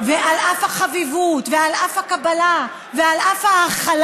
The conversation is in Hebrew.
ועל אף החביבות, ועל אף הקבלה, ועל אף ההכלה,